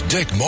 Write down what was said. Dick